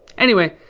anyway,